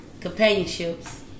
companionships